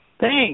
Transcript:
Thanks